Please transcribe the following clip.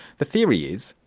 the theory is,